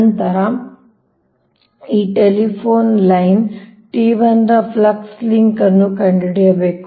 ನಂತರ ನೀವು telephone line T1 ರ ಫ್ಲಕ್ಸ್ ಲಿಂಕ್ ಅನ್ನು ಕಂಡುಹಿಡಿಯಬೇಕು